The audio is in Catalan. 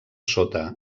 sota